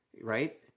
right